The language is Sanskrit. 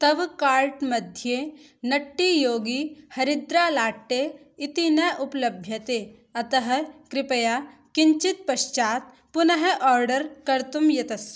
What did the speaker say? तव कार्ट् मध्ये नट्टी योगी हरिद्रा लाट्टे इति न उपलभ्यते अतः कृपया किञ्चित् पश्चात् पुनः आर्डर् कर्तुं यतस्व